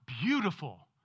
beautiful